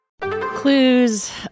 Clues